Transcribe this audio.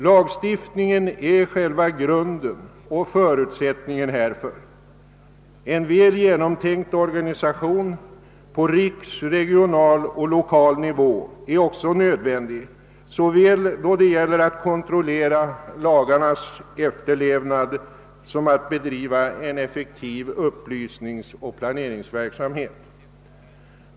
Lagstiftningen är själva grunden och förutsättningen härför. En väl genomtänkt organisation på riks-, regionaloch lokalnivå är ock så nödvändig såväl då det gäller att kontrollera lagarnas efterlevnad som då det gäller att bedriva en effektiv upplysningsoch planeringsverksamhet.